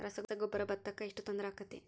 ರಸಗೊಬ್ಬರ, ಭತ್ತಕ್ಕ ಎಷ್ಟ ತೊಂದರೆ ಆಕ್ಕೆತಿ?